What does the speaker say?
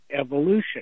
evolution